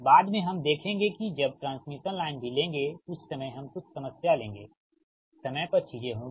बाद में हम देखेंगे कि जब आप ट्रांसमिशन लाइन भी लेंगे उस समय हम कुछ समस्या लेंगे समय पर चीजें होंगी